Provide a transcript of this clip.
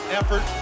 effort